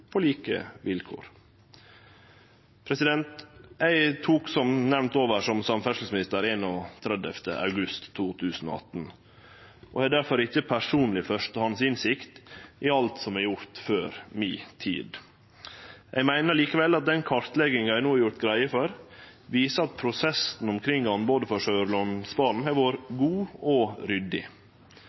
på like vilkår. Eg tok som nemnt over som samferdselsminister 31. august 2018 og har difor ikkje personleg førstehands innsikt i alt som er gjort før mi tid. Eg meiner likevel at den kartlegginga eg no har gjort greie for, viser at prosessen omkring anbodet for Sørlandsbanen har vore god og ryddig.